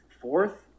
Fourth